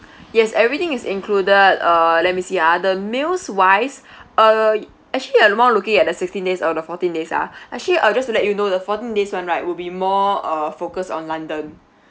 yes everything is included uh let me see ah the meals wise uh actually you're more looking at the sixteen days or the fourteen days ah actually uh just to let you know the fourteen days one right will be more uh focus on london